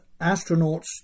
astronauts